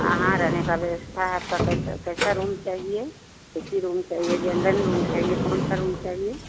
हाँ हाँ रहने का व्यवस्था है आपका कैसा कैसा रूम चाहिये ऐ सी रूम चाहिये जनरल रूम चाहिये कौन सा रूम चाहिये